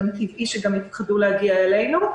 וטבעי שגם פחדו להגיע אלינו.